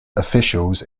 officials